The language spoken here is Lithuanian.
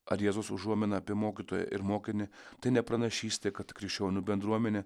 ar jėzus užuominą apie mokytoją ir mokinį tai ne pranašystė kad krikščionių bendruomenė